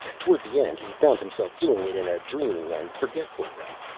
toward the end he found himself doing it in a dreamy and forgetful way.